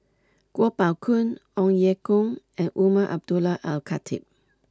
Kuo Pao Kun Ong Ye Kung and Umar Abdullah Al Khatib